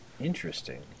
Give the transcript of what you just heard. Interesting